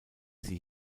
sie